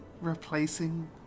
replacing